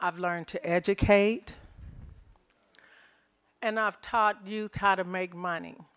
i've learned to educate and i've taught you how to make